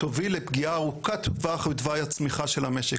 תוביל לפגיעה ארוכת טווח בתוואי הצמיחה של המשק,